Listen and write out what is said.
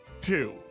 Two